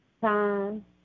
time